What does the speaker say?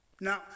Now